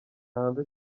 hanze